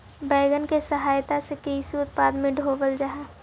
wagon के सहायता से कृषि उत्पादन के ढोवल जा हई